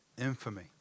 infamy